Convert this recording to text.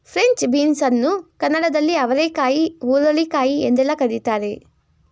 French beans ಅನ್ನು ಕನ್ನಡದಲ್ಲಿ ಅವರೆಕಾಯಿ ಹುರುಳಿಕಾಯಿ ಎಂದೆಲ್ಲ ಕರಿತಾರೆ